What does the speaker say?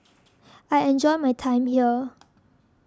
I enjoy my time here